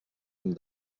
amb